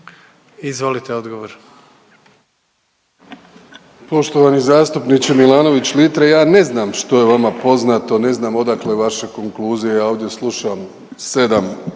Andrej (HDZ)** Poštovani zastupniče Milanović-Litre ja ne znam što je vama poznato, ne znam odakle vaše konkluzije. Ja ovdje slušam sedam